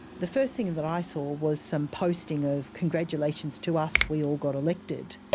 the first thing and that i saw was some posting of congratulations to us! we all got elected!